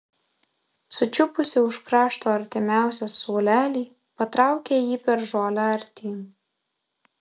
sučiupusi už krašto artimiausią suolelį patraukė jį per žolę artyn